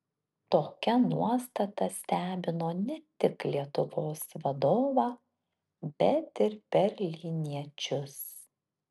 tokia nuostata stebino ne tik lietuvos vadovą bet ir berlyniečius